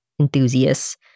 enthusiasts